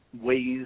ways